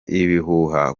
ibihuha